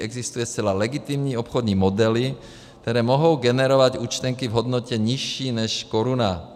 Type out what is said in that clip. Existují zcela legitimní obchodní modely, které mohou generovat účtenky v hodnotě nižší než koruna.